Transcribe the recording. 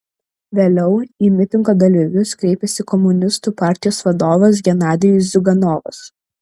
vėliau į mitingo dalyvius kreipėsi komunistų partijos vadovas genadijus ziuganovas